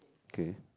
okay